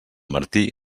martí